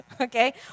okay